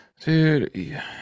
dude